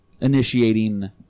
initiating